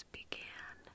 began